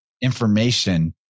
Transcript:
information